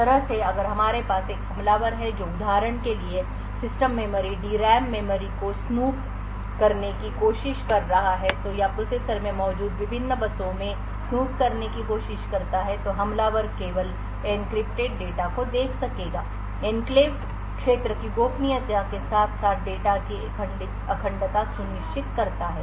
इस तरह अगर हमारे पास एक हमलावर है जो उदाहरण के लिए system memory DRAM memory को स्नूप करने की कोशिश कर रहा है या प्रोसेसर में मौजूद विभिन्न बसों में स्नूप करने की कोशिश करता है तो हमलावर केवल एन्क्रिप्टेड डेटा को देख सकेगा एन्क्लेव क्षेत्र की गोपनीयता के साथ साथ डेटा की अखंडता सुनिश्चित करता है